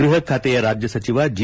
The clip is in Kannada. ಗ್ವಹ ಖಾತೆಯ ರಾಜ್ಯ ಸಚಿವ ಜಿ